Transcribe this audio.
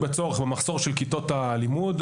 כתוצאה ממחסור של כיתות לימוד,